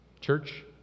church